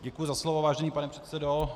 Děkuju za slovo, vážený pane předsedo.